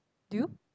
do you